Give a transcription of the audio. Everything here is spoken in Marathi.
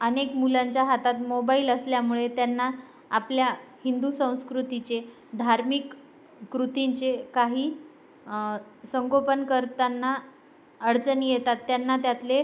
अनेक मुलांच्या हातात मोबाइल असल्यामुळे त्यांना आपल्या हिंदू संस्कृतीचे धार्मिक कृतींचे काही संगोपन करताना अडचणी येतात त्यांना त्यातले